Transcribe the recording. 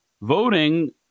Voting